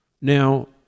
Now